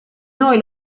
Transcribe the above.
noi